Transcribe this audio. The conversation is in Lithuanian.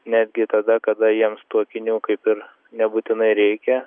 netgi tada kada jiems tų akinių kaip ir nebūtinai reikia